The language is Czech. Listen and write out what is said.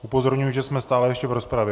Upozorňuji, že jsme stále ještě v rozpravě.